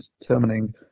determining